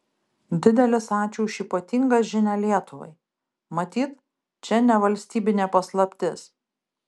didelis ačiū už ypatingą žinią lietuvai matyt čia ne valstybinė paslaptis